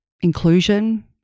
inclusion